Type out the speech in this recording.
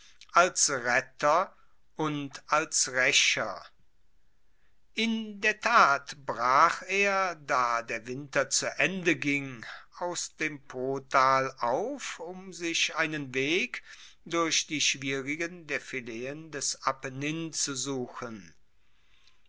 als retter und als raecher in der tat bracher da der winter zu ende ging aus dem potal auf um sich einen weg durch die schwierigen defileen des apennin zu suchen